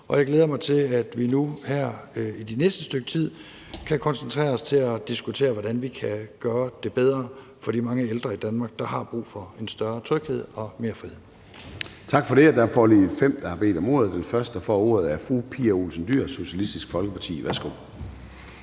og jeg glæder mig til, at vi nu her i det næste stykke tid kan koncentrere os om at diskutere, hvordan vi kan gøre det bedre for de mange ældre i Danmark, der har brug for en større tryghed og mere frihed. Kl. 13:25 Formanden (Søren Gade): Tak for det. Der er foreløbig fem, der har bedt om ordet. Den første, der får ordet, er fru Pia Olsen Dyhr, Socialistisk Folkeparti. Værsgo.